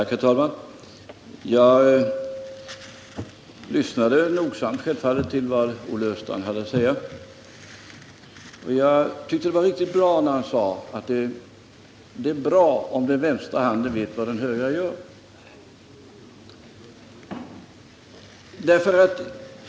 Herr talman! Jag lyssnade självfallet noga till vad Olle Östrand hade att säga, och jag tyckte det var riktigt bra när han sade att det är fint om den vänstra handen vet vad den högra gör.